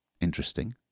interesting